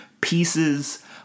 pieces